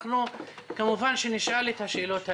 אנחנו כמובן שנשאל את השאלות האלה,